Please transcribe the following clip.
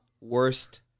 Worst